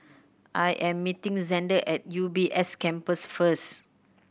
I am meeting Zander at U B S Campus first